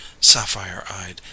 sapphire-eyed